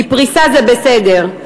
כי פריסה זה בסדר,